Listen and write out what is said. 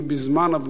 בזמן הבנייה,